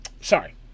Sorry